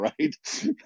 Right